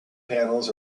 panels